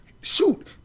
Shoot